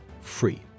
free